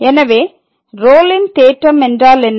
எனவே ரோலின் தேற்றம் என்றால் என்ன